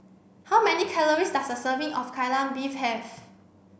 how many calories does a serving of Kai Lan Beef have